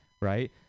right